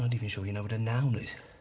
and even sure you know what a noun is.